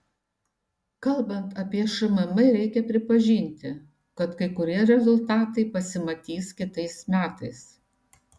kalbant apie šmm reikia pripažinti kad kai kurie rezultatai pasimatys kitais metais